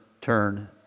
turn